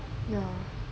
ya